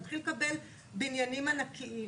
לתת למישהו שלא כפוף לשום דין,